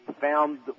found